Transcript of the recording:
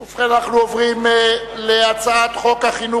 ובכן, אנחנו עוברים להצעת חוק חינוך